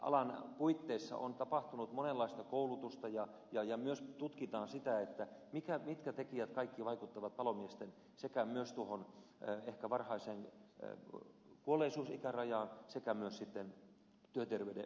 alan puitteissa on tapahtunut monenlaista koulutusta ja myös tutkitaan sitä mitkä kaikki tekijät vaikuttavat palomiesten ehkä varhaiseen kuolleisuusikärajaan sekä myös sitten työterveyden menettämiseen